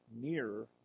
nearer